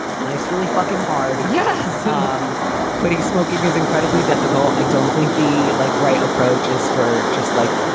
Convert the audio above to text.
life's really fucking hard. yes um quitting smoking is incredibly difficult. i don't think the like right approach is for just like,